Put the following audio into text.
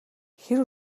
хэрэв